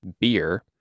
beer